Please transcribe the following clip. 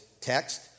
text